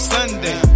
Sunday